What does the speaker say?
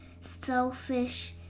selfish